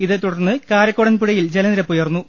ഇതേതുടർന്ന് കാരക്കോടൻപുഴയിൽ ജലനിരപ്പ് ഉയർന്നു